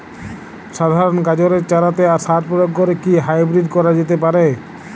সাধারণ গাজরের চারাতে সার প্রয়োগ করে কি হাইব্রীড করা যেতে পারে?